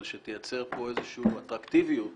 אבל שתייצר פה איזושהי אטרקטיביות